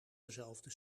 dezelfde